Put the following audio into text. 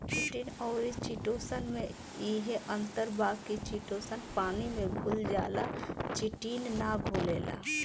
chitin अउरी chitosan में इहे अंतर बावे की चिटोसन पानी में घुल जाला चिटिन ना घुलेला